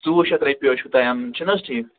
ژوٚوُہ شَتھ رۄپیہِ حظ چھُو توہہِ اَنٕنۍ چھِنہٕ حظ ٹھیٖک